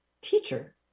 Teacher